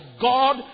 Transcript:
God